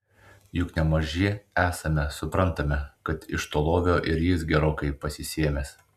juk ne maži esame suprantame kad iš to lovio ir jis gerokai pasisėmęs